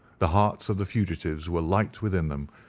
the hearts of the fugitives were light within them,